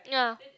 ya